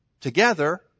together